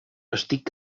estic